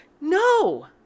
no